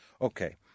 Okay